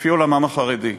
כפי עולמם החרדי.